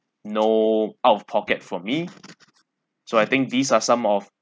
no out of pocket for me so I think these are some of